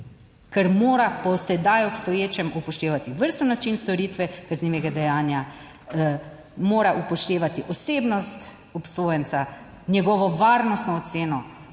ker mora po sedaj obstoječem upoštevati vrsto, način storitve kaznivega dejanja. Mora upoštevati osebnost obsojenca, njegovo varnostno oceno,